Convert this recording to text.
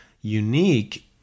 unique